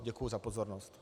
Děkuji za pozornost.